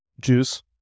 Juice